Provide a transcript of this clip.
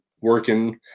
working